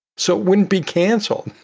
so it wouldn't be canceled.